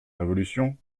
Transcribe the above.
révolution